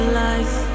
life